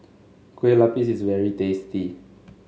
Kueh Lapis is very tasty